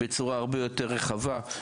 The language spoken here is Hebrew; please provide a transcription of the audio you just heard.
בצורה הרבה יותר רחבה,